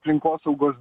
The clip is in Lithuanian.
aplinkosaugos da